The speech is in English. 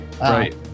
right